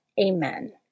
Amen